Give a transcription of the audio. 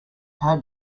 how